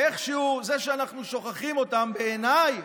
ואיכשהו זה שאנחנו שוכחים אותם, בעיניי